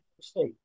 state